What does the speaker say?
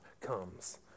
comes